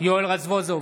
יואל רזבוזוב,